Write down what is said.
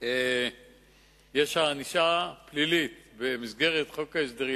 יש ענישה פלילית במסגרת חוק ההסדרים.